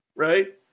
right